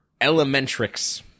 Elementrix